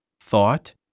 thought